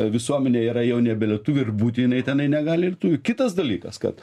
visuomenėje yra jau nebe lietuvių ir būtinai tenai negali ir tu kitas dalykas kad